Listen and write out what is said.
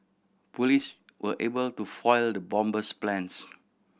police were able to foil the bomber's plans